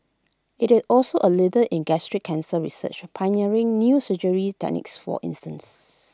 IT is also A leader in gastric cancer research pioneering new surgery techniques for instance